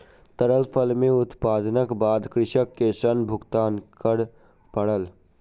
ताड़ फल के उत्पादनक बाद कृषक के ऋण भुगतान कर पड़ल